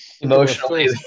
emotionally